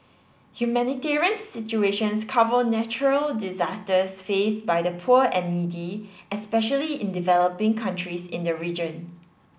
humanitarian situations cover natural disasters faced by the poor and needy especially in developing countries in the region